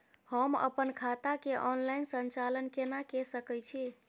हम अपन खाता के ऑनलाइन संचालन केना के सकै छी?